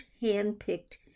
hand-picked